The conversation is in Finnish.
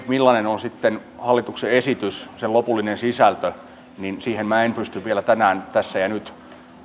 millainen on sitten hallituksen esitys sen lopullinen sisältö minä en pysty vielä tänään tässä ja nyt